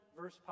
verse